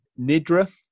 Nidra